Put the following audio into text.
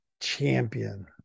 champion